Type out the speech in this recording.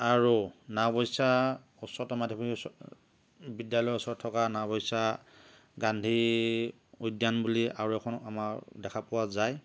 আৰু নাওবৈচা উচ্চতৰ মাধ্যমিক বিদ্যালয়ৰ ওচৰত থকা নাওবৈচা গান্ধী উদ্যান বুলি আৰু এখন আমাৰ দেখা পোৱা যায়